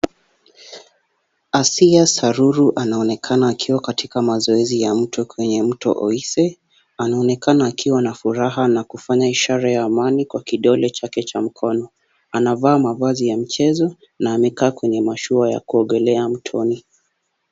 Asiya Sururu anaonekana akiwa katika mazoezi ya mto kwenye mto Oise. Anaonekana akiwa na furaha na kufanya ishara ya amani kwa kidole chake cha mkono. Anavaa mavazi ya mchezo na amekaa kwenye mashua ya kuogelea mtoni.